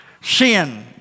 sin